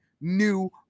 new